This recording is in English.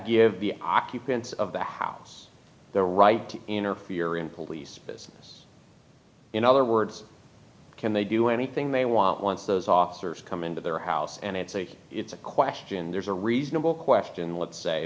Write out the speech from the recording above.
give the occupants of the house their right to interfere in police business in other words can they do anything they want once those officers come into their house and it's a it's a question there's a reasonable question let's say